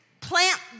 plant